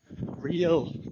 real